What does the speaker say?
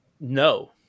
No